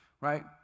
Right